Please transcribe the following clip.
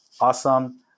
awesome